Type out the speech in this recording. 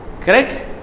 correct